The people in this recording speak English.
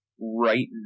right